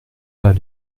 pas